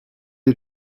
you